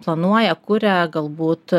planuoja kuria galbūt